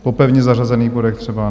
Po pevně zařazených bodech třeba, nebo?